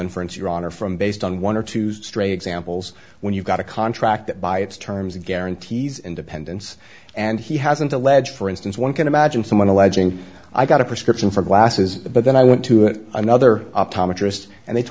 inference your honor from based on one or two stray examples when you've got a contract that by its terms guarantees independence and he hasn't alleged for instance one can imagine someone alleging i got a prescription for glasses but then i went to another